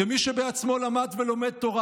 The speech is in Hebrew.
כמי שבעצמו למד ולומד תורה,